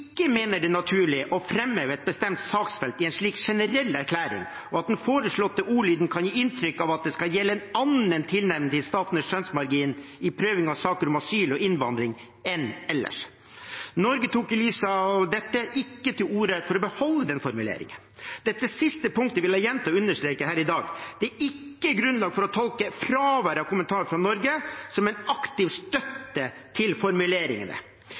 mener det er naturlig å framheve et bestemt saksfelt i en slik generell erklæring, og at den foreslåtte ordlyden kan gi inntrykk av at det skal gjelde en annen tilnærming til statenes skjønnsmargin i prøving av saker om asyl og innvandring enn ellers. Norge tok i lys av dette ikke til orde for å beholde formuleringen. Dette siste punktet vil jeg gjenta og understreke her i dag: Det er ikke grunnlag for å tolke fraværet av kommentar fra Norge som en aktiv støtte til formuleringene.